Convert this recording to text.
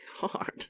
god